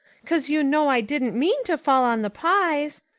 cause you know i didn't mean to fall on the pies.